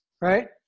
right